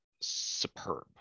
superb